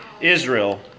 Israel